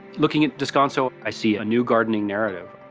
looking at descanso i see a new gardening narrative.